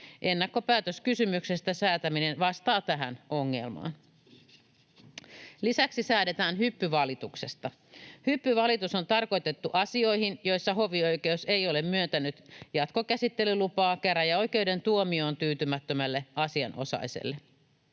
Ennakkopäätöskysymyksestä säätäminen vastaa tähän ongelmaan. Lisäksi säädetään hyppyvalituksesta. Hyppyvalitus on tarkoitettu asioihin, joissa hovioikeus ei ole myöntänyt jatkokäsittelylupaa käräjäoikeuden tuomioon tyytymättömälle asianosaiselle.